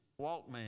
Walkman